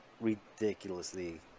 ridiculously